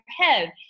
head